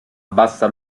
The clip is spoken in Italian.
bassa